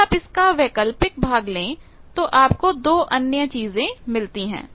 अगर आप इसका वैकल्पिक भाग ले तो आपको दो अन्य चीजें मिलती हैं